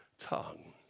Tongue